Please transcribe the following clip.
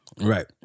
right